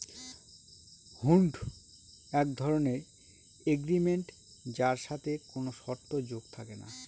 হুন্ড এক ধরনের এগ্রিমেন্ট যার সাথে কোনো শর্ত যোগ থাকে না